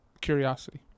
curiosity